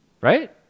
Right